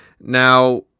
now